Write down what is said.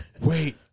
wait